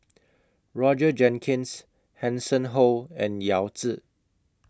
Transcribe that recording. Roger Jenkins Hanson Ho and Yao Zi